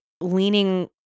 leaning